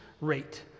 rate